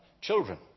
children